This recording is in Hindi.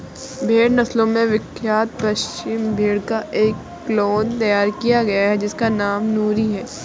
भेड़ नस्लों में विख्यात पश्मीना भेड़ का एक क्लोन तैयार किया गया है जिसका नाम नूरी है